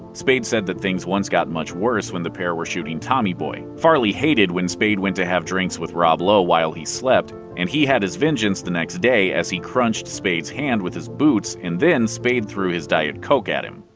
spade said that things once got much worse when the pair were shooting tommy boy. farley hated when spade went to have drinks with rob lowe while he slept, and he had his vengeance the next day, as he crunched spade's hand with his boots and then spade threw his diet coke at him.